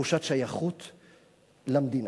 תחושת שייכות למדינה.